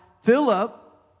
Philip